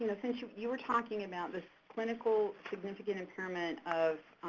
and since you you were talking about this clinical significant impairment of,